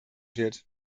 wird